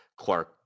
Clark